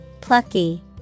Plucky